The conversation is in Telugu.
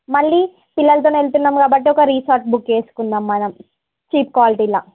మళ్ళీ పిల్లలితోని వెళ్తున్నాం కాబట్టి ఒక రిసార్ట్ బుక్ చేసుకుందాం మనం చీప్ క్వాలిటీలో